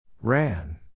Ran